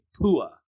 PUA